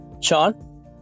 Sean